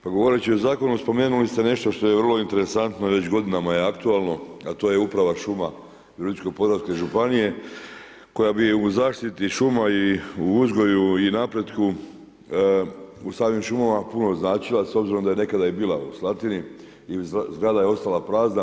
Pa govoreći o zakonu spomenuli ste nešto što je vrlo interesantno, već godinama je aktualno a to je uprava šuma Virovitičko-podravske županije koja bi u zaštiti šuma i u uzgoju i napretku u starim šumama puno značila s obzirom da je nekada i bila u Slatini i zgrada je ostala prazna.